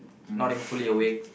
not even fully awake